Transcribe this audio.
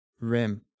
rim